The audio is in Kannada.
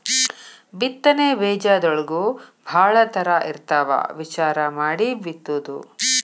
ಬಿತ್ತನೆ ಬೇಜದೊಳಗೂ ಭಾಳ ತರಾ ಇರ್ತಾವ ವಿಚಾರಾ ಮಾಡಿ ಬಿತ್ತುದು